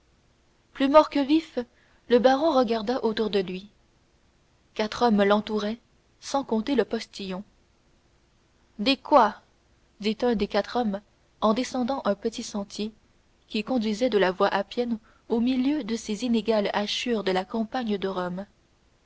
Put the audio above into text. plus mort que vif le baron regarda autour de lui quatre hommes l'entouraient sans compter le postillon di quà dit un des quatre hommes en descendant un petit sentier qui conduisait de la voie appienne au milieu de ces inégales hachures de la campagne de rome